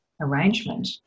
arrangement